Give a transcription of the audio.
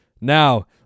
Now